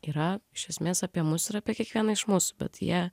yra iš esmės apie mus ir apie kiekvieną iš mūsų bet jie